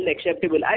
unacceptable